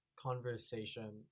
conversation